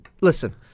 listen